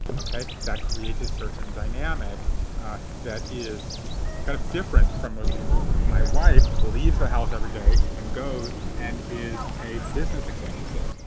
ok. that creates a certain dynamic that is kind of different from most people my wife leaves the house every day and goes and is a business executive.